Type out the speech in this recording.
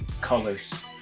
colors